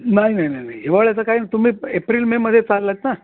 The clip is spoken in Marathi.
नाही नाही नाही नाही हिवाळ्याचं काही नाही तुम्ही एप्रिल मेमध्ये चालला आहेत ना